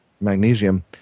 magnesium